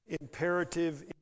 imperative